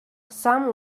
some